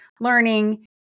learning